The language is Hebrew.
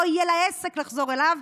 לא יהיה לה עסק לחזור אליו.